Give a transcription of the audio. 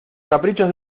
caprichos